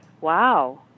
wow